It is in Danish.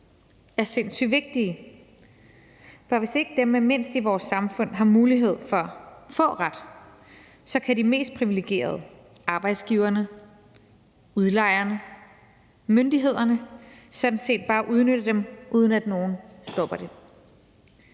er sindssygt vigtige, for hvis ikke dem med mindst i vores samfund har mulighed for at få ret, kan de mest privilegerede – arbejdsgiverne, udlejerne og myndighederne – sådan set bare udnytte dem, uden at nogen stopper det